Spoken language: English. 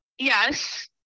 Yes